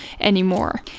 anymore